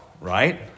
right